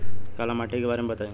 काला माटी के बारे में बताई?